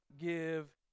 give